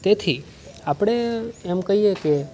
તેથી આપણે એમ કહીએ કે